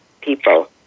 people